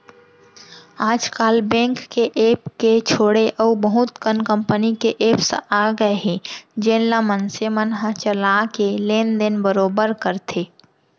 आज काल बेंक के ऐप के छोड़े अउ बहुत कन कंपनी के एप्स आ गए हे जेन ल मनसे मन ह चला के लेन देन बरोबर करथे